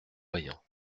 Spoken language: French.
voyant